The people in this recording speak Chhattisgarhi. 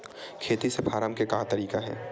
खेती से फारम के का तरीका हे?